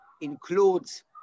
includes